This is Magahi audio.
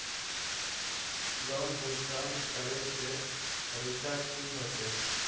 लोन भुगतान करे के तरीका की होते?